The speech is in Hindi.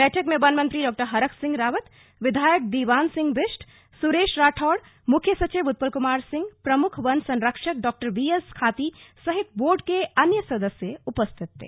बैठक में वन मंत्री डॉ हरक सिंह रावत विधायक दीवान सिंह बिष्ट सुरेश राठौर मुख्य सचिव उत्पल कुमार सिंह प्रमुख वन संरक्षक डॉ वीएस खाती सहित बोर्ड के अन्य सदस्य उपस्थित थे